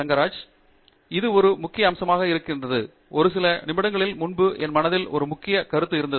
தங்கிராலா இது ஒரு முக்கிய அம்சமாக இருந்தது ஒரு சில நிமிடங்களுக்கு முன்பு என் மனதில் ஒரு முக்கிய கருவி இருந்தது